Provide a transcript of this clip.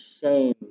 shame